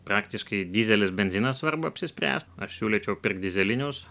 praktiškai dyzelis benzinas svarbu apsispręst aš siūlyčiau pirkt dyzelinius